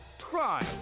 crime